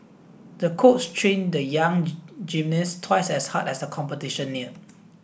the coach trained the young gymnast twice as hard as the competition neared